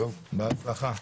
בהצלחה.